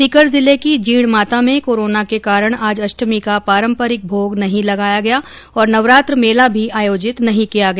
सीकर जिले की जीण माता में कोरोना के कारण आज अष्टमी का पारंपरिक भोग नहीं लगाया गया और नवरात्र मेला भी आयोजित नहीं किया गया